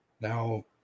Now